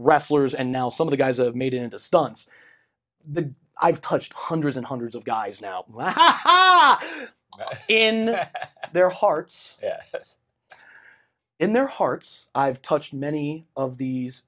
wrestlers and now some of the guys a made into stunts the i've touched hundreds and hundreds of guys now ha in their hearts this in their hearts i've touched many of these